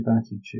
attitude